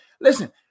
Listen